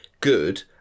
good